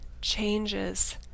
changes